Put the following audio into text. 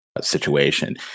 situation